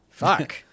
Fuck